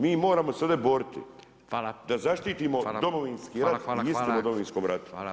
Mi moramo se ovdje boriti da zaštitimo Domovinski rat i istinu o Domovinskom ratu.